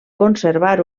conservar